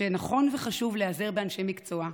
שנכון וחשוב להיעזר באנשי מקצוע,